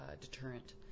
deterrent